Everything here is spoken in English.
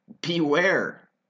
beware